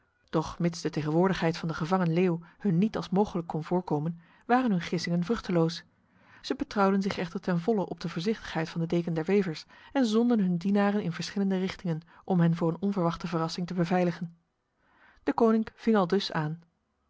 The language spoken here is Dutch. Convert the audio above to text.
doch mits de tegenwoordigheid van de gevangen leeuw hun niet als mogelijk kon voorkomen waren hun gissingen vruchteloos zij betrouwden zich echter ten volle op de voorzichtigheid van de deken der wevers en zonden hun dienaren in verschillende richtingen om hen voor een onverwachte verrassing te beveiligen deconinck ving aldus aan